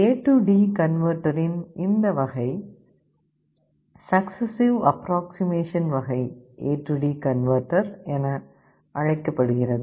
ஏடி கன்வெர்ட்டரின் இந்த வகை சக்சஸ்ஸிவ் அப்ராக்ஸிமேஷன் வகை A D converter Successive approximation AD converter என அழைக்கப்படுகிறது